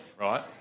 Right